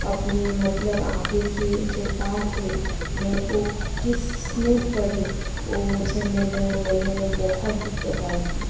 अपनी मतलब आगे के जो पाठ है मैं और किसमें पढ़ूँ और मुझे निर्णय लेने में बहुत दिक्कत आई थी